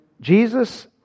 Jesus